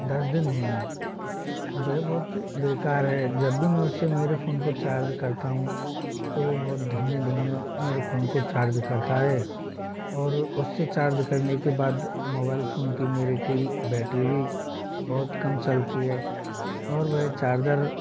दस दिन हुए हैं वह बहुत बेकार है जब भी मैं उससे मेरे फोन को चार्ज करता हूँ तो वो बहुत धीमे धीमे मेरे फोन को चार्ज करता है और उससे चार्ज करने के बाद मोबाइल फोन की मेरे की बैट्री भी बहुत कम चलती है और वह चार्जर